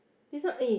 this one eh